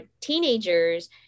teenagers